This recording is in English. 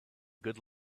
good